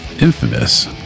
infamous